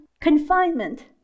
confinement